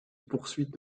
poursuit